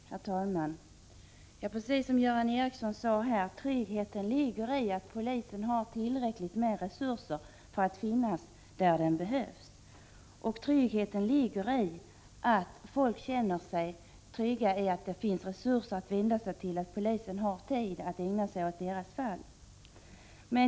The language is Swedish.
Herr talman! Tryggheten ligger, precis som Göran Ericsson här sade, i att polisen har tillräckligt med resurser för att finnas där den behövs. Folk känner sig trygga om de vet att polisen har tid att ägna sig åt deras fall.